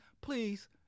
please